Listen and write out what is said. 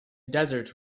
desert